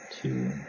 two